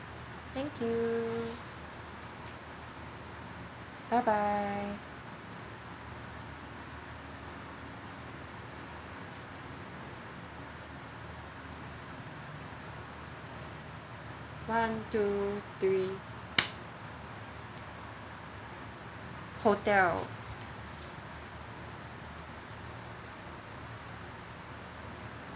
thank you bye bye one two three hotel